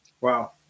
Wow